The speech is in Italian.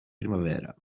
primavera